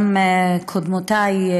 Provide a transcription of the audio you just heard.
גם קודמותיי,